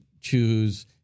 choose